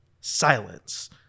Silence